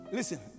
Listen